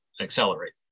accelerate